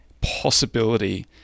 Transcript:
possibility